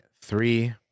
three